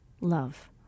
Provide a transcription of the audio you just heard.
love